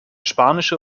spanische